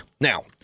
Now